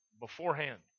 beforehand